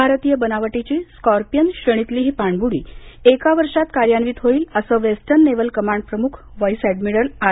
भारतीय बनावटीची स्कोर्पियन श्रेणीतली ही पाणबुडी एका वर्षात कार्यान्वित होईल असं वेस्टर्न नेव्हल कमांड प्रमुख व्हाईस एडमिरल आर